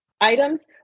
items